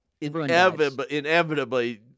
inevitably